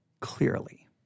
clearly